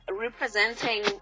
representing